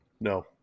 No